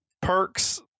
perks